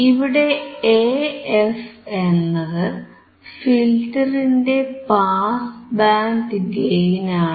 ഇവിടെ AF എന്നത് ഫിൽറ്ററിന്റെ പാസ് ബാൻഡ് ഗെയിൻ ആണ്